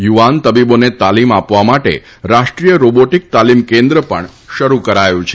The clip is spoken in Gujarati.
યુવાન તબીબોને તાલીમ આપવા માટે રાષ્ટ્રીય રોબોટીક તાલીમ કેન્દ્ર પણ શરૂ કરાયું છે